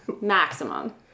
maximum